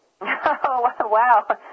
Wow